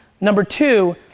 number two,